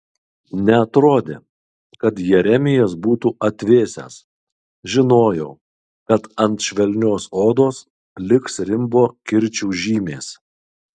neatrodė kad jeremijas būtų atvėsęs žinojau kad ant švelnios odos liks rimbo kirčių žymės